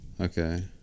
Okay